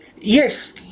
Yes